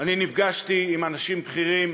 אני נפגשתי עם אנשים בכירים